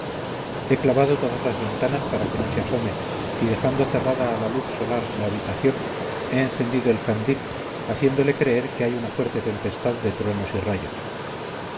he clavado todas las ventanas para que no se asome y dejando cerrada a la luz solar la habitación he encendido el candil haciéndole creer que hay una fuerte tempestad de truenos y rayos